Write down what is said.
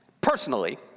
personally